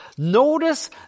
Notice